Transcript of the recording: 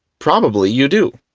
probably you do,